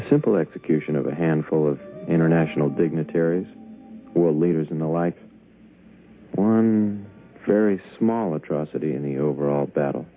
a simple execution of a handful of international dignitaries or leaders and the like one very small atrocity in the overall battle